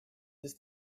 this